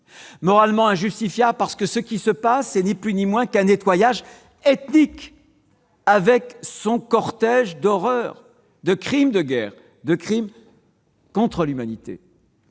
moralement injustifiable, parce qu'il s'agit, ni plus ni moins, d'un nettoyage ethnique, avec son cortège d'horreurs, de crimes de guerre, de crimes contre l'humanité.